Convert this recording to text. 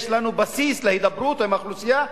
יש לנו בסיס להידברות עם האוכלוסייה,